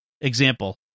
example